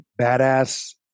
badass